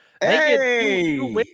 hey